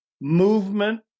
movement